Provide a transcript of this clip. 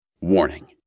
Warning